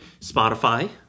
Spotify